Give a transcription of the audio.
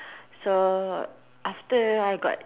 so after I got